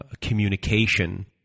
communication